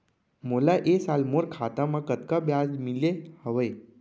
मोला ए साल मोर खाता म कतका ब्याज मिले हवये?